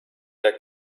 der